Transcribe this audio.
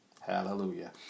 hallelujah